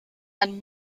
ein